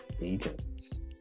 agents